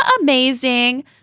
amazing